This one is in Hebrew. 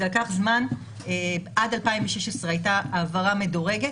זה לקח זמן, עד 2016 הייתה העברה מדורגת